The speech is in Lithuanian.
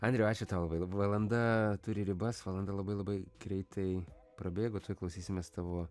andriau ačiū tau labai valanda turi ribas valanda labai labai greitai prabėgo klausysimės tavo